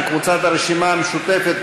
של קבוצת הרשימה המשותפת,